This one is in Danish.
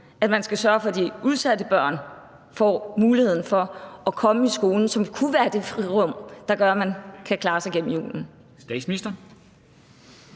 at de skal sørge for, at de udsatte børn får muligheden for at komme i skol, som kunne være det frirum, der gør, at man kan klare sig gennem julen.